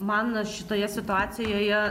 man šitoje situacijoje